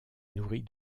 nourrit